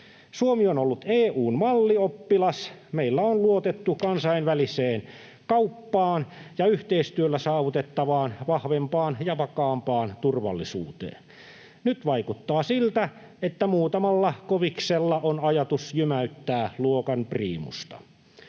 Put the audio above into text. Suomi on ollut EU:n mallioppilas. Meillä on luotettu kansainväliseen kauppaan ja yhteistyöllä saavutettavaan vahvempaan ja vakaampaan turvallisuuteen. Nyt vaikuttaa siltä, että muutamalla koviksella on ajatus jymäyttää luokan priimusta.